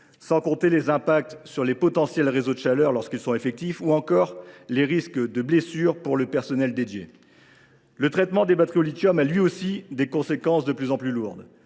sans compter les conséquences sur les réseaux de chaleur, lorsqu’ils existent, et les risques de blessures pour le personnel. Le traitement des batteries au lithium a, lui aussi, des conséquences de plus en plus lourdes.